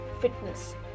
fitness